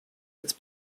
its